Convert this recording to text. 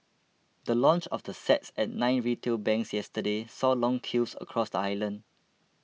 the launch of the sets at nine retail banks yesterday saw long queues across the island